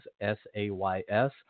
S-A-Y-S